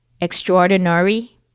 extraordinary